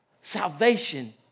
salvation